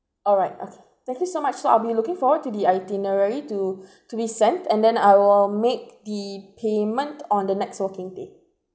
alright okay thank you so much so I'll be looking forward to the itinerary to to be sent and then I will make the payment on the next working day